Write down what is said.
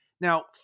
Now